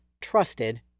trusted